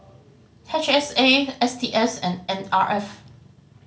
H S A S T S and N R F